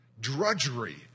drudgery